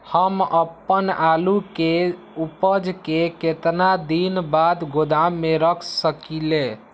हम अपन आलू के ऊपज के केतना दिन बाद गोदाम में रख सकींले?